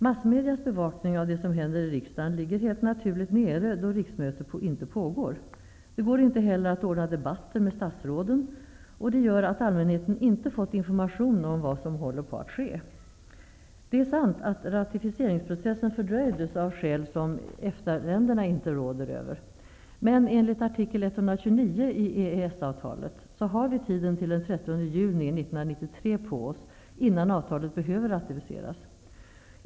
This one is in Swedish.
Massmedias bevakning av det som händer i riksdagen ligger helt naturligt nere då riksmöte inte pågår. Det går inte heller att ordna debatter med statsråden. Det gör att allmänheten inte fått information om vad som håller på att ske. Det är sant att ratificeringsprocessen fördröjdes av skäl som EFTA-länderna inte råder över. Men enligt Artikel 129 i EES-avtalet har vi tiden till den 30 juni 1993 på oss innan avtalet behöver ratificeras.